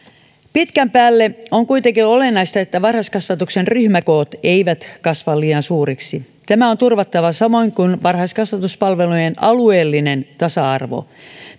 pitkän päälle on kuitenkin olennaista että varhaiskasvatuksen ryhmäkoot eivät kasva liian suuriksi tämä on turvattava samoin kuin varhaiskasvatuspalvelujen alueellinen tasa arvo